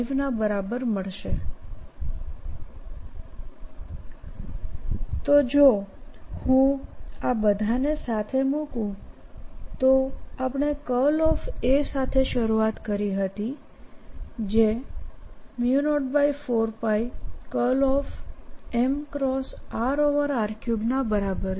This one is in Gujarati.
r rr5 તો જોહુંઆ બધાને સાથે મૂકું તોઆપણે A સાથે શરૂઆત કરી હતીજે 04πના બરાબર છે